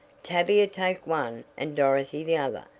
tavia take one and dorothy the other,